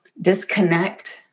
disconnect